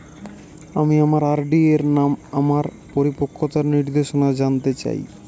আমি আমার আর.ডি এর আমার পরিপক্কতার নির্দেশনা জানতে চাই